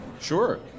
Sure